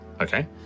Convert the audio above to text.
okay